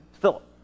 Philip